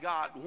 God